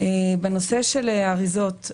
בנושא של האריזות,